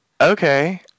okay